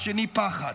השני פחת.